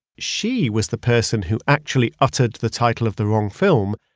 she was the person who actually uttered the title of the wrong film,